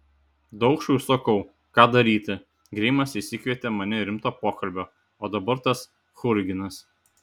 daukšui sakau ką daryti greimas išsikvietė mane rimto pokalbio o dabar tas churginas